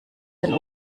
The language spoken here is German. den